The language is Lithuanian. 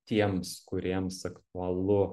tiems kuriems aktualu